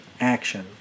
action